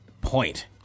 point